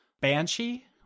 banshee